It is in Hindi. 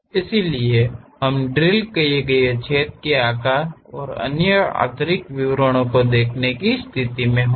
इसलिए हम ड्रिल किए गए छेद के आकार और अन्य आंतरिक विवरणों को देखने की स्थिति में होंगे